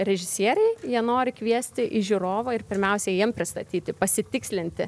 režisieriai jie nori kviesti žiūrovą ir pirmiausia jiem pristatyti pasitikslinti